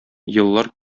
еллар